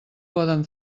poden